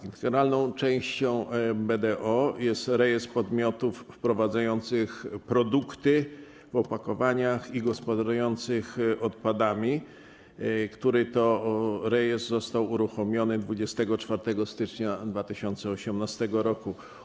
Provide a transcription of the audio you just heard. Integralną częścią BDO jest rejestr podmiotów wprowadzających produkty w opakowaniach i gospodarujących odpadami, który to rejestr został uruchomiony 24 stycznia 2018 r.